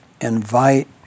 invite